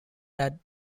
that